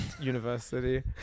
university